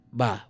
ba